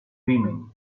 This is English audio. dreaming